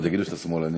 עוד יגידו שאתה שמאלני.